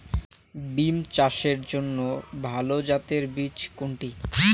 বিম চাষের জন্য ভালো জাতের বীজ কোনটি?